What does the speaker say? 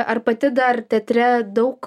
ar pati dar teatre daug